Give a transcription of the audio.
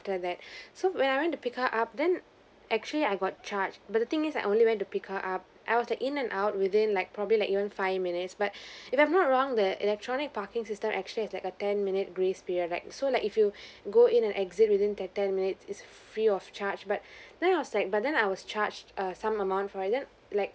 that so when I went to pick her up then actually I got charged but the thing is I only went to pick her up I was like in and out within like probably like even five minutes but if I'm not wrong the electronic parking system actually has like a ten minute grace period right so like if you go in and exit within that ten minutes it's free of charge but then I was like but then I was charged err some amount for it then like